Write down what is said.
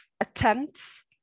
attempts